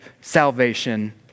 salvation